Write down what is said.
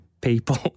people